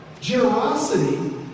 Generosity